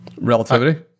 Relativity